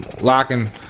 locking